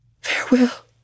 Farewell